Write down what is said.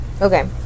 Okay